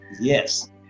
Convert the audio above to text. Yes